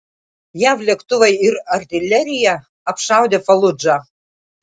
jav lėktuvai ir artilerija apšaudė faludžą